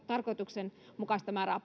tarkoituksenmukaista määrää